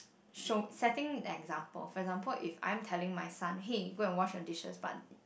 show setting the example for example if I'm telling my son hey go and wash your dishes but